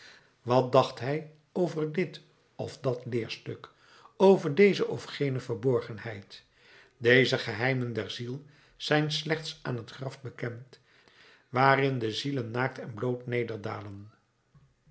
wat dacht hij over dit of dat leerstuk over deze of gene verborgenheid deze geheimen der ziel zijn slechts aan het graf bekend waarin de zielen naakt en bloot